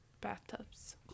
bathtubs